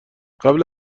قبل